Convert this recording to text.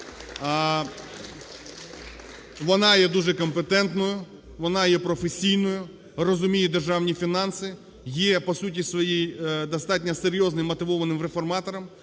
Вона є дуже компетентною, вона є професійною, розуміє державні фінанси, є по суті своїй достатньо серйозним мотивованим реформатором.